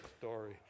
story